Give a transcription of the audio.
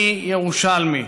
אני ירושלמי.